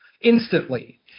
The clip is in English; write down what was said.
instantly